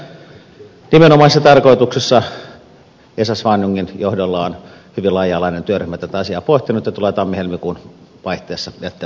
tässä nimenomaisessa tarkoituksessa esa swanljungin johdolla on hyvin laaja alainen työryhmä tätä asiaa pohtinut ja tulee tammi helmikuun vaihteessa jättämään mietintönsä